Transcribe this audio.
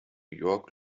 york